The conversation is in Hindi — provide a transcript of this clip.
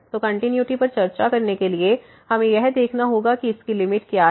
तो कंटिन्यूटी पर चर्चा करने के लिए हमें यह देखना होगा कि इसकी लिमिट क्या है